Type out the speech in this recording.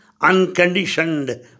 unconditioned